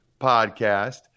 podcast